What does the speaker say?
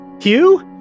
Hugh